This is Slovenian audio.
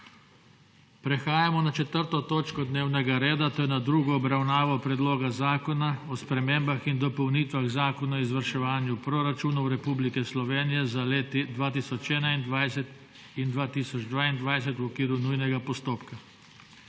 prekinjeno 4. točko dnevnega reda, to je z drugo obravnavo Predloga zakona o spremembah in dopolnitvi Zakona o izvrševanju proračunov Republike Slovenije za leti 2021 in 2022, v okviru nujnega postopka.**